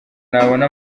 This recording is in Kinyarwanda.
nabona